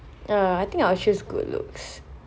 err I think I will choose good looks